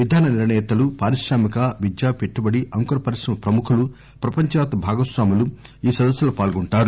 విధాన నిర్ణేతలు పారిశ్రామిక విద్య పెట్టుబడి అంకుర పరిశ్రమ ప్రముఖులు ప్రపంచవ్యాప్త భాగస్వాములు ఈ సదస్సులో పాల్దొంటారు